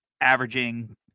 averaging